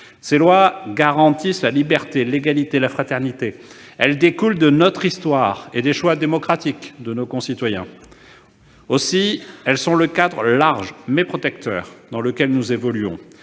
Ils garantissent la liberté, l'égalité, la fraternité. Ils découlent de notre histoire et des choix démocratiques de nos concitoyens. Ainsi, ces textes sont le cadre large, mais protecteur dans lequel nous évoluons.